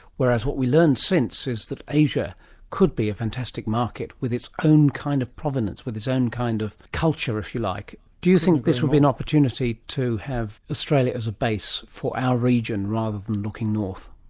whereas what we learned since is that asia could be a fantastic market with its own kind of provenance, with its own kind of culture, if you like. do you think this would be an opportunity to have australia as a base for our region rather than looking north?